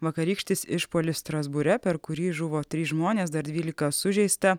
vakarykštis išpuolis strasbūre per kurį žuvo trys žmonės dar dvylika sužeista